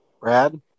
Brad